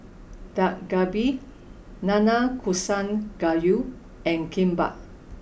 Dak Galbi Nanakusa Gayu and Kimbap